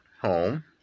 home